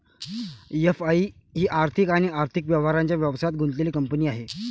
FI ही आर्थिक आणि आर्थिक व्यवहारांच्या व्यवसायात गुंतलेली कंपनी आहे